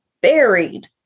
buried